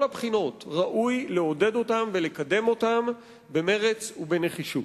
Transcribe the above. הבחינות ראוי לעודד ולקדם אותם במרץ ובנחישות.